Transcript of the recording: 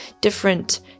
different